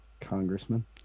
congressman